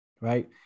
right